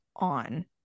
on